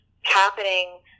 happening